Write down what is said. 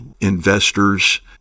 investors